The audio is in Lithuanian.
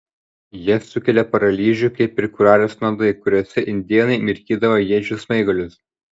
jie sukelia paralyžių kaip ir kurarės nuodai kuriuose indėnai mirkydavo iečių smaigalius